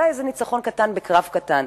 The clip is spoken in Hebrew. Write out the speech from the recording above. אולי איזה ניצחון קטן בקרב קטן.